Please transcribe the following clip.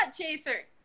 Chaser